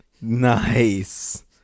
Nice